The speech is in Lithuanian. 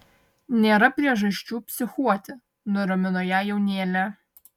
nėra priežasčių psichuoti nuramino ją jaunėlė